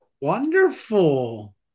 Wonderful